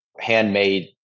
handmade